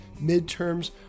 midterms